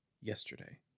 yesterday